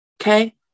Okay